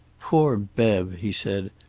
poor bev! he said.